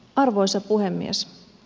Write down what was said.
arvoisa puhemies